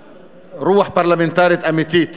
הגינות, חוסר רוח פרלמנטרית אמיתית